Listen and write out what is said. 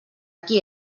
qui